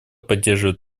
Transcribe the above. поддерживает